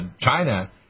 China